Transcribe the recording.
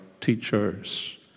teachers